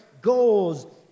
Goals